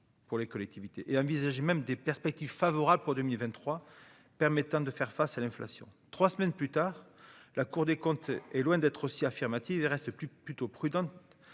pour les collectivités et envisageait même des perspectives favorables pour 2023 permettant de faire face à l'inflation, 3 semaines plus tard, la Cour des comptes est loin d'être aussi affirmatif reste plus plutôt prudent